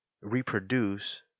reproduce